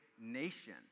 nation